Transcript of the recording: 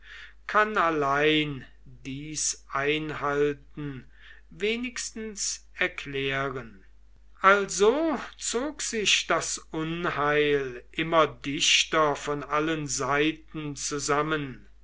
kann allein dies einhalten wenigstens erklären also zog sich das unheil immer dichter von allen seiten zusammen